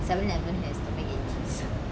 seven eleven has mac and cheese